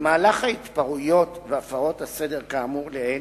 במהלך ההתפרעויות והפרות הסדר, כאמור לעיל,